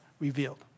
revealed